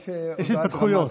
יש התפתחויות.